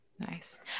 Nice